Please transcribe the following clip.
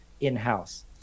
in-house